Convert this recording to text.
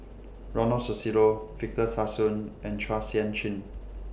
Ronald Susilo Victor Sassoon and Chua Sian Chin